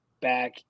back